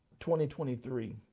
2023